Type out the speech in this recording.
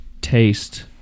taste